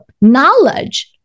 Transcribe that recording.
knowledge